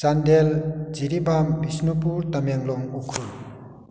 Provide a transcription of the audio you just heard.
Chandel Jiribam Tamenglong Ukhrul